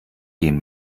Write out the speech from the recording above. gehen